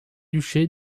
duché